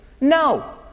No